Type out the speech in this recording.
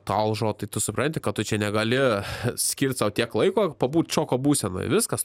talžo tai tu supranti kad tu čia negali skirt sau tiek laiko pabūt šoko būsenoj viskas